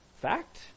fact